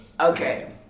Okay